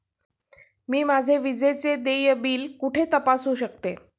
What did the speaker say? मी माझे विजेचे देय बिल कुठे तपासू शकते?